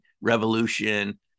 revolution